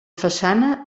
façana